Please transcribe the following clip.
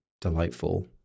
delightful